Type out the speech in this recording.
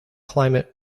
climate